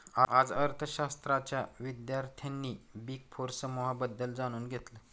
आज अर्थशास्त्राच्या विद्यार्थ्यांनी बिग फोर समूहाबद्दल जाणून घेतलं